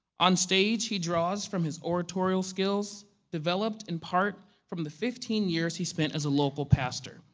onstage he draws from his oratorial skills developed in part from the fifteen years he spent as a local pastor.